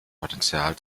potenzial